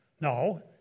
No